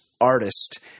artist